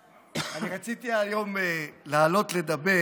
אני רציתי היום לעלות לדבר